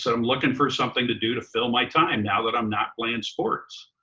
so i'm looking for something to do to fill my time and now that i'm not playing sports.